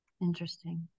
Interesting